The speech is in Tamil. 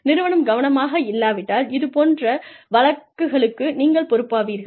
நிறுவனம் கவனமாக இல்லாவிட்டால் இது போன்ற வழக்குகளுக்கு நீங்கள் பொறுப்பாவீர்கள்